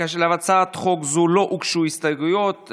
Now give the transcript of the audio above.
להצעת חוק זו לא הוגשו הסתייגויות,